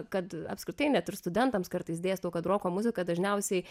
kad apskritai net ir studentams kartais dėstau kad roko muzika dažniausiai